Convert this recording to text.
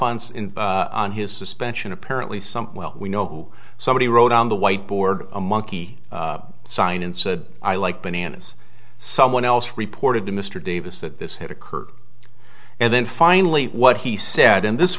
on his suspension apparently some well we know somebody wrote on the whiteboard a monkey sign and said i like bananas someone else reported to mr davis that this had occurred and then finally what he said and